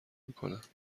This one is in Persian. میکنند